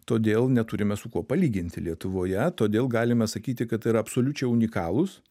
todėl neturime su kuo palyginti lietuvoje todėl galime sakyti kad tai yra absoliučiai unikalūs